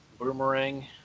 Boomerang